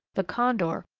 the condor,